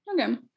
Okay